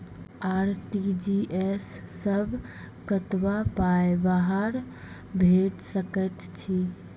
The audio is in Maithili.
आर.टी.जी.एस सअ कतबा पाय बाहर भेज सकैत छी?